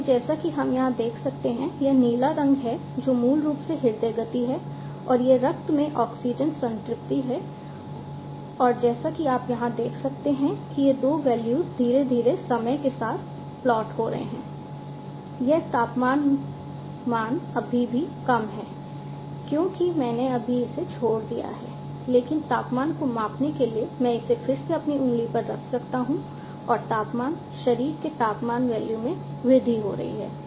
इसलिए जैसा कि हम यहां देख सकते हैं यह नीला रंग है जो मूल रूप से हृदय गति है और यह रक्त में ऑक्सीजन संतृप्ति है और जैसा कि आप यहां देख सकते हैं कि ये दो वैल्यूज धीरे धीरे समय के साथ प्लॉट हो रहे हैं यह तापमान मान अभी भी कम है क्योंकि मैंने अभी इसे छोड़ दिया है लेकिन तापमान को मापने के लिए मैं इसे फिर से अपनी उंगली पर रख सकता हूं और तापमान शरीर के तापमान वैल्यू में वृद्धि हो रही है